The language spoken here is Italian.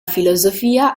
filosofia